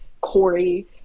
Corey